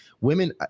women